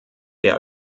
der